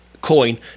coin